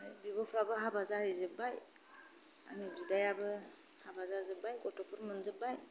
बिब'फोराबो हाबा जाहैजोबबाय आरो नै बिदायाबो हाबा जाजोबबाय गथ'फोर मोनजोबबाय